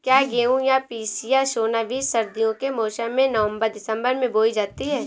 क्या गेहूँ या पिसिया सोना बीज सर्दियों के मौसम में नवम्बर दिसम्बर में बोई जाती है?